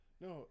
No